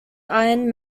iron